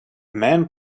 man